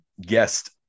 guest